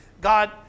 God